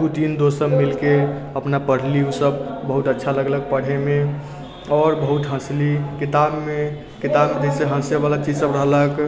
दू तीन दोस्त सभ मिलके अपना पढ़लि ओ सभ बहुत अच्छा लगलक पढ़ैमे आओर बहुत हँसलि किताबमे किताबमे जैसे हँसैवला चीज सभ रहलक